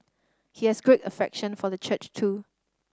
he has great affection for the church too